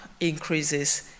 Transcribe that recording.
increases